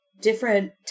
different